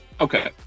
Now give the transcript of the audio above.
Okay